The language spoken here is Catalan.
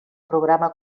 programa